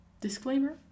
Disclaimer